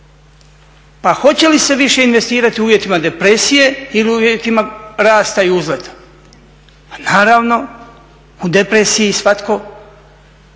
pa hoće li se više investirati u uvjetima depresije ili uvjetima rasta i uzleta? Pa naravno u depresiji svatko